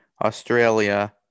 Australia